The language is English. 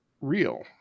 real